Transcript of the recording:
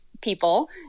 people